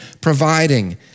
providing